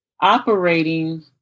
operating